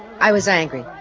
i was angry.